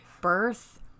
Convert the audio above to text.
birth